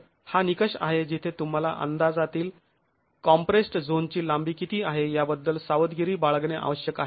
तर हा निकष आहे जिथे तुम्हाला अंदाजातील कॉम्प्रेस्ड् झोन ची लांबी किती आहे याबद्दल सावधगिरी बाळगणे आवश्यक आहे